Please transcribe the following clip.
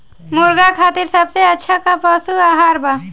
मुर्गा खातिर सबसे अच्छा का पशु आहार बा?